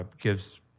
gives